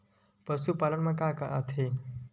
पशुपालन मा का का आथे?